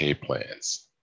plans